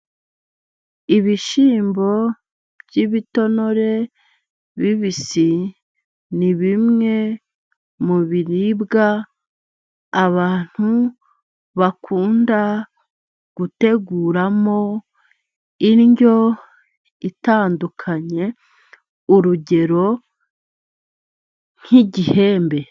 Ibishyimbo by'ibitonore bibisi, ni bimwe mu biribwa abantu bakunda guteguramo indyo itandukanye, urugero nk,igihembe.